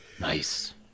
Nice